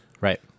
Right